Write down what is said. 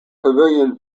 pavilion